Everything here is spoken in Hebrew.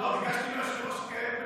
ביקשתי מהיושב-ראש לקיים במקביל,